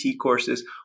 courses